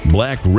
Black